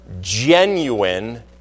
genuine